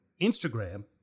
Instagram